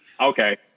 Okay